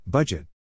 Budget